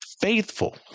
faithful